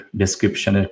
description